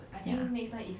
ya